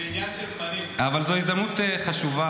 זו הזדמנות חשובה,